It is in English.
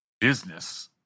business